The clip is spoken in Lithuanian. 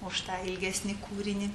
už tą ilgesnį kūrinį